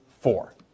four